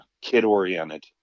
kid-oriented